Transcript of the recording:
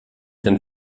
den